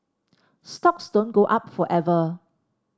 stocks don't go up forever